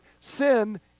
Sin